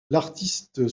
l’artiste